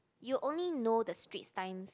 you only know the Straits Times